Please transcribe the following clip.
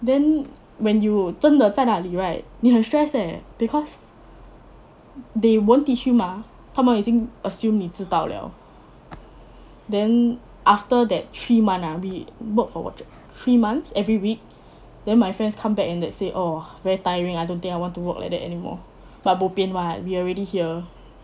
then when you 真的在那里 right 你很 stress leh because they won't teach you mah 他们已经 assume 你知道了 then after that three month ah we work for what three months every week then my friends come back and then say oh very tiring I don't think I want to work like that anymore but bo bian [what] we already here